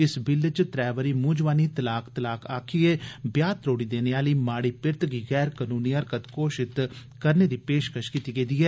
इस बिल च त्रै बारी मुंह जवानी 'तलाक तलाक' आक्खियै ब्याह त्रोड़ी देने आली माड़ी पिर्त गी गैर कनूनी हरकत घोषित करने दी पेश कश कीती गेदी ऐ